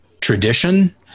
tradition